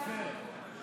(קוראת בשמות חברי הכנסת)